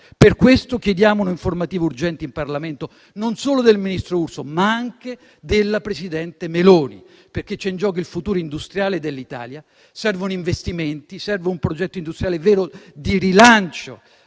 Per questo chiediamo un'informativa urgente in Parlamento non solo del ministro Urso, ma anche della presidente Meloni, perché c'è in gioco il futuro industriale dell'Italia. Servono investimenti, serve un progetto industriale vero, di rilancio